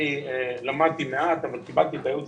אני למדתי מעט אבל קיבלתי את הייעוץ